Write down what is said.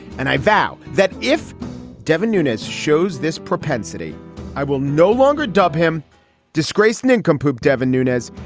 and i vow that if devon newness shows this propensity i will no longer dub him disgraced nincompoop devon nunez.